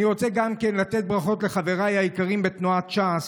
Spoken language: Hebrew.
אני רוצה גם כן לתת ברכות לחבריי היקרים בתנועת ש"ס,